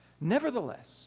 Nevertheless